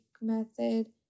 Method